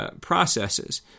processes